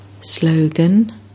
Slogan